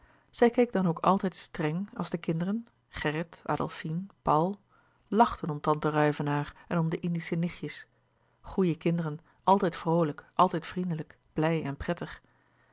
zij keek dan ook altijd streng louis couperus de boeken der kleine zielen als de kinderen gerrit adolfine paul lachten om tante ruyvenaer en om de indische nichtjes goeie kinderen altijd vroolijk altijd vriendelijk blij en prettig